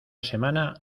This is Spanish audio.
semana